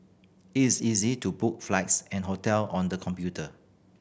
it is easy to book flights and hotel on the computer